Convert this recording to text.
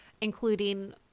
including